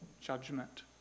judgment